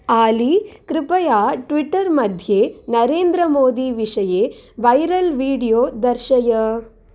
आली कृपया ट्विट्टर् मध्ये नरेन्द्र मोदी विषये वैरल् विडियो दर्शय